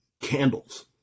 candles